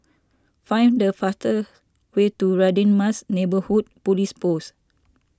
find the faster way to Radin Mas Neighbourhood Police Post